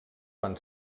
van